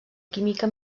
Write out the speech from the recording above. química